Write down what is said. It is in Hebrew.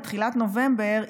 בתחילת נובמבר,